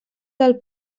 del